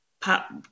pop